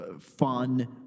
fun